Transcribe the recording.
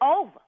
over